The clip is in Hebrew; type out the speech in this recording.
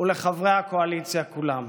ולחברי הקואליציה כולם.